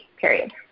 period